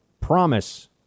Promise